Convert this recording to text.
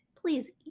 Please